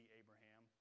abraham